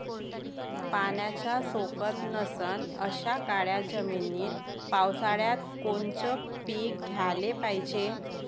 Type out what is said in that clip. पाण्याचा सोकत नसन अशा काळ्या जमिनीत पावसाळ्यात कोनचं पीक घ्याले पायजे?